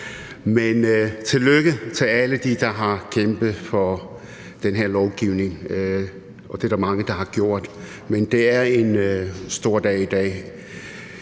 Men tillykke til alle dem, der har kæmpet for den her lovgivning, og det er der mange der har gjort. Det er en stor dag i dag.